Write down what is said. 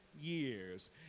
years